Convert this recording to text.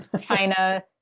China